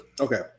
okay